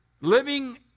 Living